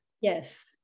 Yes